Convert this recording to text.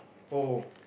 oh